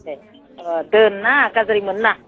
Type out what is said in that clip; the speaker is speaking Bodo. देह दोन ना गाज्रि मोननाङा